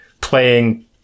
playing